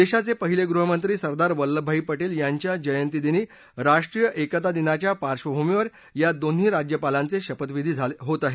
देशाचे पहिले गृहमंत्री सरदार वल्लभभाई पटेल यांच्या जयंतीदिनी राष्ट्रीय एकता दिनाच्या पार्श्वभूमीवर या दोन्ही राज्यपालांचे शपथविधी होत आहेत